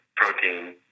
Protein